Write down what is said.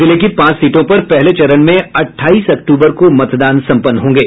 जिले की पांच सीटों पर पहले चरण में अट्ठाईस अक्तूबर को मतदान संपन्न होंगे